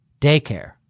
daycare